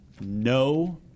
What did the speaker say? no